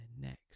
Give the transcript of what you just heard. next